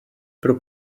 pro